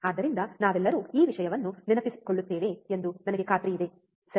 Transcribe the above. ಆದ್ದರಿಂದ ನಾವೆಲ್ಲರೂ ಈ ವಿಷಯವನ್ನು ನೆನಪಿಸಿಕೊಳ್ಳುತ್ತೇವೆ ಎಂದು ನನಗೆ ಖಾತ್ರಿಯಿದೆ ಸರಿ